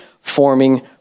forming